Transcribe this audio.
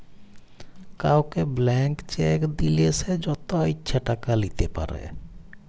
কাউকে blank cheque দিলে সে যত ইচ্ছা টাকা লিতে পারে